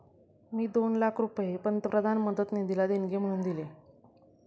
मी दोन लाख रुपये पंतप्रधान मदत निधीला देणगी म्हणून दिले